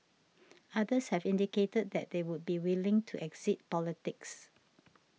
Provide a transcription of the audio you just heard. others have indicated that they would be willing to exit politics